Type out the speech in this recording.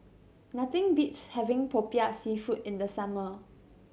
nothing beats having Popiah Seafood in the summer